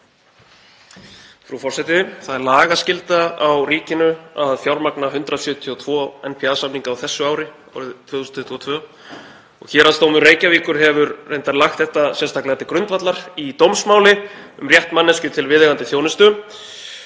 Það er lagaskylda á ríkinu að fjármagna 172 NPA-samninga á þessu ári, árið 2022, og Héraðsdómur Reykjavíkur hefur reyndar lagt þetta sérstaklega til grundvallar í dómsmáli um rétt manneskju til viðeigandi þjónustu.